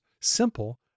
simple